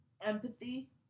empathy